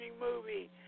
movie